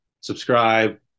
subscribe